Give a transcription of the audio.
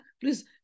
please